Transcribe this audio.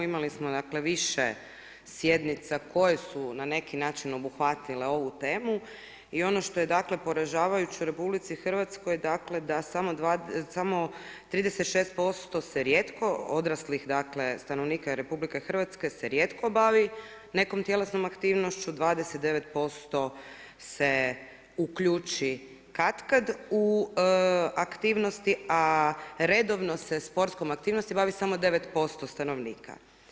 Imali smo dakle više sjednica koje su na neki način obuhvatile ovu temu i ono što je dakle poražavajuće u RH, dakle da samo 36% se rijetko odraslih dakle stanovnika RH se rijetko bavi nekom tjelesnom aktivnošću, 29% se uključi katkad u aktivnosti, a redovno se sportskom aktivnosti bavi samo 9% stanovnika.